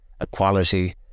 equality